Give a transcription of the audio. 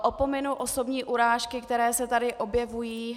Opominu osobní urážky, které se tady objevují.